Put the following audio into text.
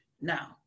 Now